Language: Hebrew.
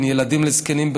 בין ילדים לזקנים,